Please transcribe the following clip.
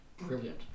brilliant